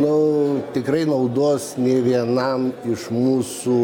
nu tikrai naudos nei vienam iš mūsų